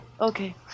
Okay